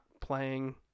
playing